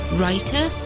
writer